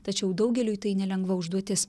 tačiau daugeliui tai nelengva užduotis